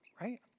right